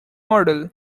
model